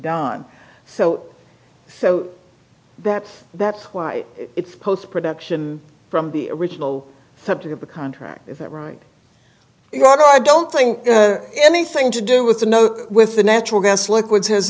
done so so that that's why it's post production from the original subject of the contract is that right you are i don't think anything to do with the note with the natural gas liquids has